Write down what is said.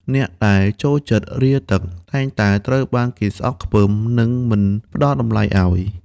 អ្នកដែលចូលចិត្តរាទឹក តែងតែត្រូវបានគេស្អប់ខ្ពើម និងមិនផ្ដល់តម្លៃឱ្យ។